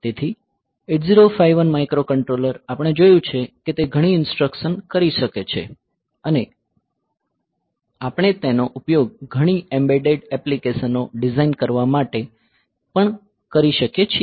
તેથી 8051 માઇક્રોકન્ટ્રોલર આપણે જોયું છે કે તે ઘણી ઇન્સટ્રકસન કરી શકે છે અને આપણે તેનો ઉપયોગ ઘણી એમ્બેડેડ એપ્લિકેશનો ડિઝાઇન કરવા માટે કરી શકીએ છીએ